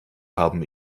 haben